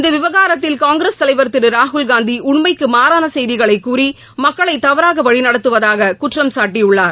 இந்த விவகாரத்தில் காங்கிரஸ் தலைவர் திரு ராகுல்காந்தி உண்மைக்கு மாறான செய்திகளை கூறி மக்களை தவறாக வழிநடத்துவதாக குற்றம்சாட்டியுள்ளார்